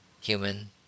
Human